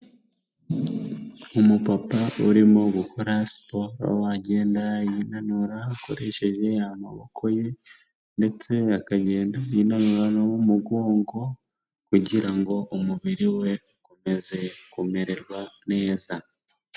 Umupapa urimo gukora siporo, agenda yinanura akoresheje amaboko ye ndetse akagenda yinanura no mu mugongo kugira ngo umubiri we ukomeze kumererwa neza.